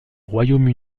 royaume